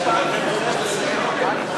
קבוצת סיעת יהדות התורה, קבוצת סיעת מרצ,